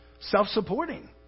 self-supporting